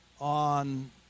on